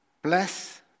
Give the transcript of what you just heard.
Bless